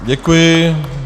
Děkuji.